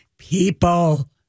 People